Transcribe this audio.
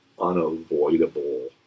unavoidable